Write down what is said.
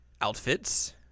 outfits